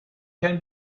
can